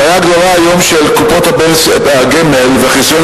הבעיה הגדולה היום של קופות הגמל והחיסכון